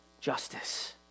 justice